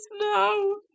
no